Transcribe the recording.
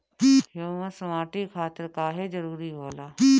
Humus माटी खातिर काहे जरूरी होला?